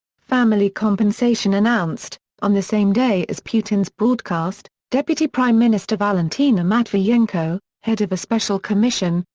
family compensation announced on the same day as putin's broadcast, deputy prime minister valentina matviyenko, head of a special commission,